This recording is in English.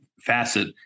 facet